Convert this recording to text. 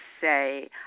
say